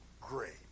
great